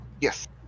Yes